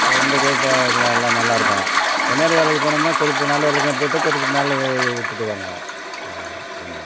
எந்த குப்ப இ எல்லாம் நல்லாயிருக்கும் தனியார் வேலைக்குப் போனோம்னால் குறிப்பிட்ட நாள் வேலைக்கும் எடுத்துக்கிட்டுக் குறிப்பிட்ட நாள் வேலையை விட்டுவிடுவாங்க என்ன